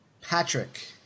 Patrick